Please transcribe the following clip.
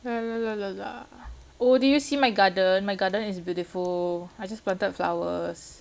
lah lah lah lah lah oh did you see my garden my garden is beautiful I just planted flowers